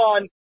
on